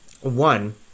one